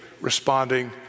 responding